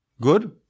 good